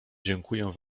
dziękuję